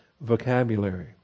vocabulary